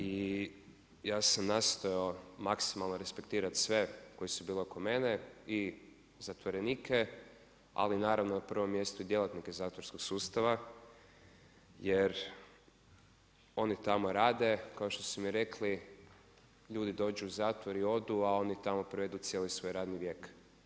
I ja sam nastojao maksimalno respektirat sve koji su bili oko mene i zatvorenike ali naravno, na prvom mjestu i djelatnike zatvorskog sustava jer oni tamo rade kao što su mi rekli, ljudi dođu u zatvor i odu, a oni tamo provedu cijeli svoj radni vijek.